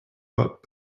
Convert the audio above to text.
but